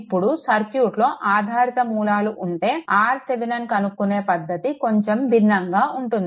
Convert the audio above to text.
ఇప్పుడు సర్క్యూట్లో ఆధారిత మూలాలు ఉంటే RThevenin కనుక్కునే పద్దతి కొంచం భిన్నంగా ఉంటుంది